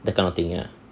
that kind of thing ya